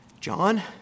John